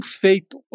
feito